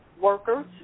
workers